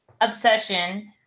obsession